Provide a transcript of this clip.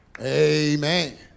Amen